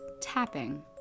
tapping